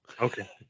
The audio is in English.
Okay